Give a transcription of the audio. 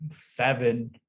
seven